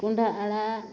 ᱠᱚᱸᱦᱰᱟ ᱟᱲᱟᱜ